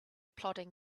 plodding